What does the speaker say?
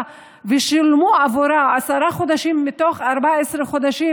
ושילמו עבורה עשרה חודשים מתוך 14 חודשים,